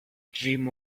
dream